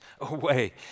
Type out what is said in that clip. away